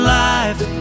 life